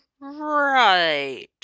right